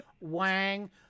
wang